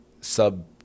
sub